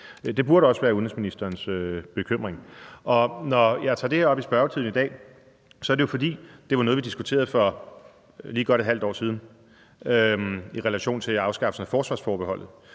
Det burde også være udenrigsministerens bekymring. Og når jeg tager det her op i spørgetiden i dag, er det jo, fordi det var noget, vi diskuterede for lige godt et halvt år siden i relation til afskaffelsen af forsvarsforbeholdet,